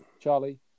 Charlie